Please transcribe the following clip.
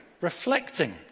reflecting